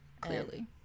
Clearly